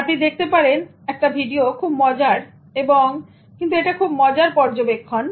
এখন আপনি দেখতে পারেন এটা খুব মজারএবং কিন্তু এটা খুব মজার পর্যবেক্ষণ